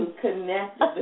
connect